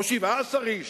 17. או 17 איש.